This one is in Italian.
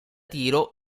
tiro